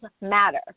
matter